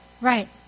Right